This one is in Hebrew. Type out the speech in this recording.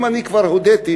אם אני כבר הודיתי,